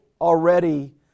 already